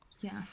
Yes